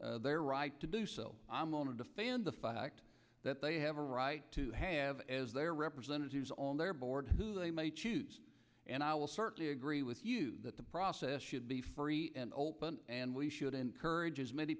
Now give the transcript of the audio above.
chairman their right to do so i'm only defend the fact that they have a right to have as their representatives on their board who they may choose and i will certainly agree with you that the process should be free and open and we should encourage as many